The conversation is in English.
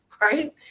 right